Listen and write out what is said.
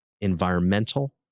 environmental